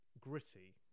gritty